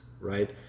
right